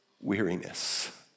weariness